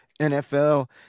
NFL